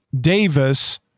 Davis